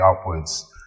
upwards